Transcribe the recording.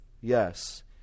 Yes